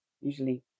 usually